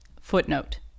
Footnote